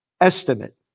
estimate